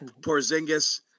Porzingis